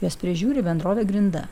juos prižiūri bendrovė grinda